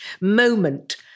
moment